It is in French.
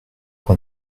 pour